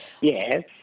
Yes